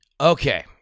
Okay